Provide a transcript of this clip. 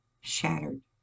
shattered